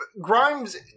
Grimes